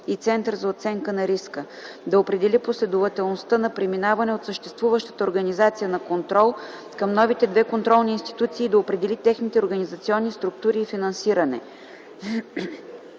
и Център за оценка на риска; да определи последователността на преминаване от съществуващата организация на контрол към новите две контролни институции и да определи техните организационни структури и финансиране.